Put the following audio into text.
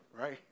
right